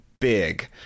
big